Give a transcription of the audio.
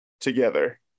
together